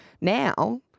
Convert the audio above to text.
Now